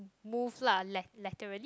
move lah lag